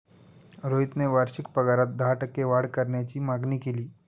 रोहितने वार्षिक पगारात दहा टक्के वाढ करण्याची मागणी केली